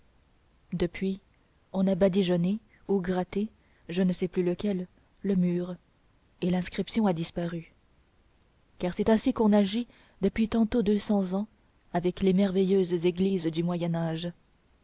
depuis on a badigeonné ou gratté je ne sais plus lequel le mur et l'inscription a disparu car c'est ainsi qu'on agit depuis tantôt deux cents ans avec les merveilleuses églises du